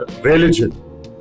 religion